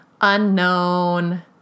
unknown